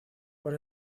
por